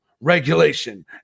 regulation